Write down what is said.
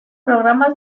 programas